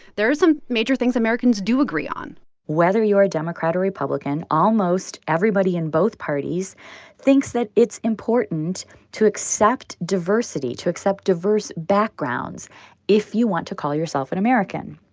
there are some major things americans do agree on whether you're a democrat or republican, almost everybody in both parties thinks that it's important to accept diversity, to accept diverse backgrounds if you want to call yourself an american.